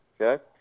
okay